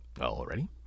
Already